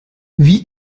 wie